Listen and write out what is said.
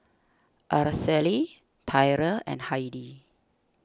Araceli Tyrell and Heidi